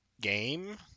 game